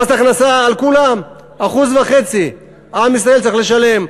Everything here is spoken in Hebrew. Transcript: מס הכנסה על כולם, 1.5%. עם ישראל צריך לשלם.